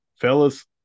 fellas